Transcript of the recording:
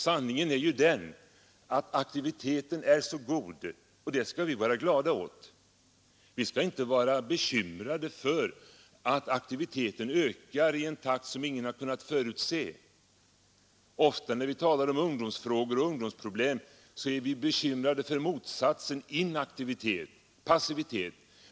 Sanningen är ju den att aktiviteten är mycket god, och det skall vi vara glada åt. Vi skall inte vara bekymrade för att aktiviteten ökar i en takt som ingen har kunnat förutse. Ofta när vi talar om ungdomsfrågor och ungdomsproblem är vi bekymrade för motsatsen, dvs. inaktivitet och passivitet.